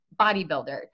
bodybuilder